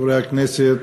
חברי הכנסת,